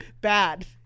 bad